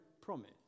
promise